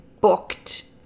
booked